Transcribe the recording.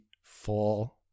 fall